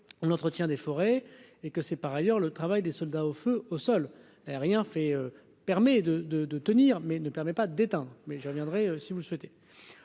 l'entretien des forêts et que c'est par ailleurs le travail des soldats au feu au sol aériens fait permet de, de, de tenir mais ne permet pas d'état mais je reviendrai si vous souhaitez